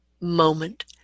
moment